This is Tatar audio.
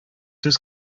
сүз